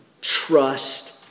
Trust